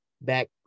back